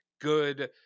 good